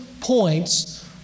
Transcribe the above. points